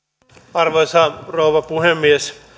arvoisa rouva puhemies